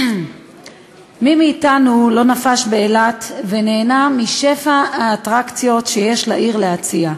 מי מאתנו לא נפש באילת ונהנה משפע האטרקציות שיש לעיר להציע,